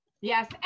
Yes